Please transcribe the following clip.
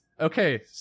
Okay